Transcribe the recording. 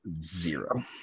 Zero